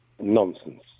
Nonsense